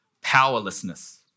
powerlessness